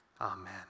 amen